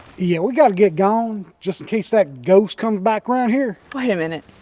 yeah, we gotta get gone just in case that ghost comes back around here. wait a minute,